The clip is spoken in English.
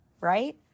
right